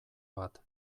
bat